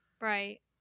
Right